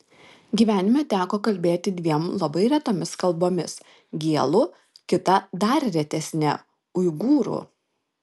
gyvenime teko kalbėti dviem labai retomis kalbomis gėlų kita dar retesne uigūrų